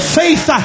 faith